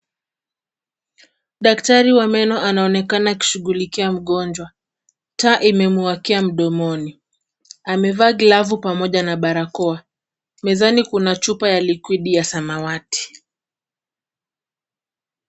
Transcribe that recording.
Daktari wa meno anaoenakana akishughulikia mgonjwa. Taa imemwakia mdomoni. Amevaa glavu pamoja na barakoa. Mezani kuna chupa ya liquid ya samawati.